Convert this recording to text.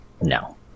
No